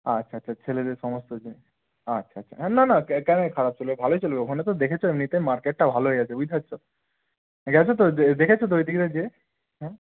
আচ্ছা আচ্ছা ছেলেদের সমস্ত জিনিস আচ্ছা আচ্ছা হ্যাঁ না না ক্যা কেন খারাপ চলবে ভালোই চলবে ওখানে তো দেখেছ এমনিতে মার্কেটটা ভালোই আছে বুঝতে পারছ ঠিল আছে তো দে দেখেছো তো ঐদিকে যেয়ে হ্যাঁ